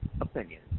opinion